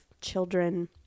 children